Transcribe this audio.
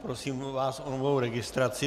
Prosím vás o novou registraci.